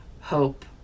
hope